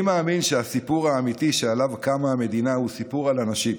אני מאמין שהסיפור האמיתי שעליו קמה המדינה הוא סיפור על אנשים,